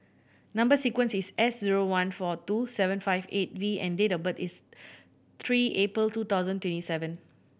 number sequence is S zero one four two seven five eight V and date of birth is three April two thousand twenty seven